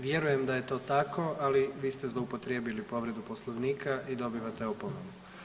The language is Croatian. Vjerujem da je to tako, ali vi ste zloupotrijebili povredu Poslovnika i dobivate opomenu.